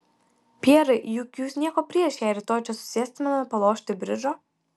pjerai juk jūs nieko prieš jei rytoj čia susėstumėme palošti bridžo